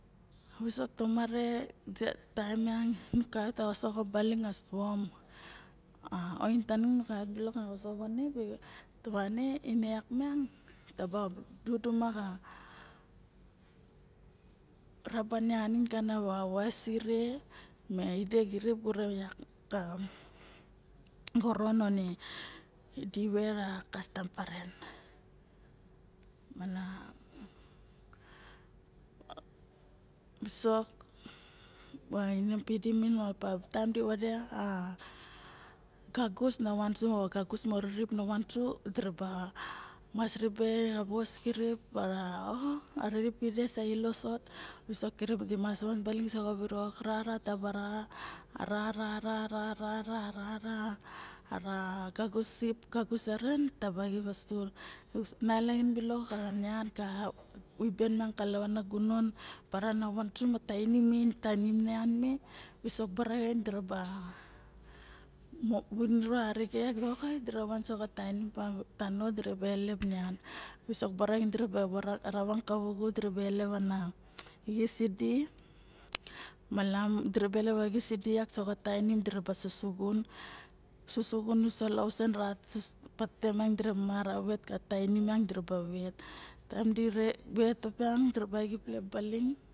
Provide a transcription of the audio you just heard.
Visok tomare taem miang nu kaiot ka osoxo baling a suam a oin tanung na kaiot a osoxo vame ne yak miang taba duxuma raba nianin ka voside ma vasire me ide xirip ure yak ka xoron one di vera kasta karen mana visok ma inom pidi mon opa pi vade a gagus na vansu gagus mo ririp na van su diraba mas ribe ka vos kirip bara o ririp pide sa ilo soto visok kirip sa van sa xa virok rara tab ra ra ra ara gagus sip ka xis saren taba xip osu nalaxin bilok a nian ka ibe ka lavana gunon bara na vansu xa tainim min ta ninian me visok bara xain diraba mo viniro arixe oke dira van soxa tainim tano dira elep nian visok bara xain diraba ravang kavuvu diraba elep xisidi diraba elep nain diraba susuxun uso lauseen rat patete diramara xaxat ka tainim miang dira vet taem dira elep diraba vet baling